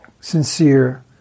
sincere